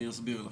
אני אסביר.